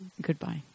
goodbye